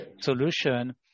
solution